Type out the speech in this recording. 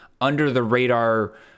under-the-radar